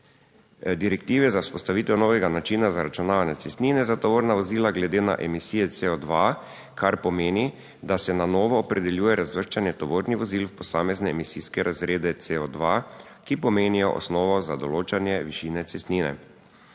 direktive za vzpostavitev novega načina zaračunavanja cestnine za tovorna vozila glede na emisije CO2, kar pomeni, da se na novo opredeljuje razvrščanje tovornih vozil v posamezne emisijske razrede CO2, ki pomenijo osnovo za določanje višine cestnine.